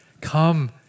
Come